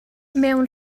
mewn